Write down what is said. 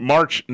March